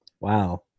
Wow